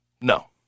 No